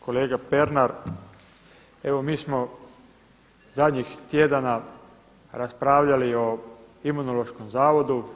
Kolega Pernar, evo mi smo zadnjih tjedana raspravljali o Imunološkom zavodu.